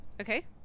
okay